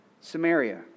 Samaria